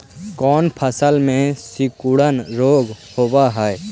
कोन फ़सल में सिकुड़न रोग होब है?